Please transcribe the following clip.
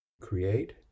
create